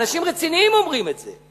אנשים רציניים אומרים את זה.